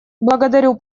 благодарю